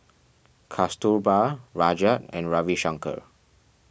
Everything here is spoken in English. Kasturba Rajat and Ravi Shankar